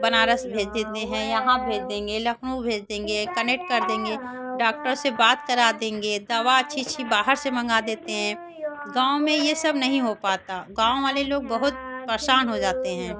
बनारस भेज देते हैं यहाँ भेज देंगे लखनऊ भेज देंगे कनेक्ट कर देंगे डॉक्टर से बात करा देंगे दवा अच्छी अच्छी बाहर से मँगा देते हैं गाँव में ये सब नहीं हो पाता गाँव वाले लोग बहुत परेशान हो जाते हैं